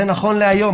זה נכון להיום.